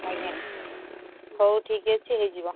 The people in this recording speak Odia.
ଆଜ୍ଞା ହଉ ଠିକ୍ ଅଛି ହେଇଯିବ